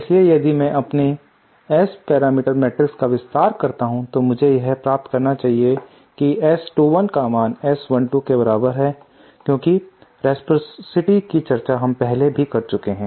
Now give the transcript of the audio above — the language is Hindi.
इसलिए यदि मैं अपने S पैरामीटर मैट्रिक्स का विस्तार करता हूं तो मुझे यह प्राप्त करना चाहिए कि S21 का मान S12 के बराबर है क्योंकि रेसप्रॉसिटी की चर्चा हम पहले ही कर चुके हैं